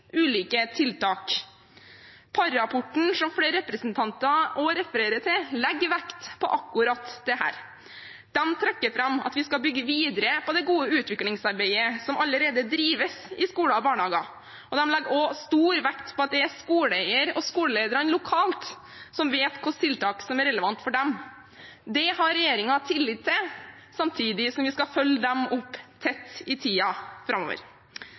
ulike tiltak. Parr-rapporten, som flere representanter også refererer til, legger vekt på akkurat dette. De trekker fram at vi skal bygge videre på det gode utviklingsarbeidet som allerede drives i skoler og barnehager, og de legger også stor vekt på at det er skoleeier og skolelederne lokalt som vet hvilke tiltak som er relevant for dem. Det har regjeringen tillit til, samtidig som vi skal følge dem opp tett i tiden framover.